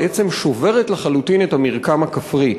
בעצם שוברת לחלוטין את המרקם הכפרי,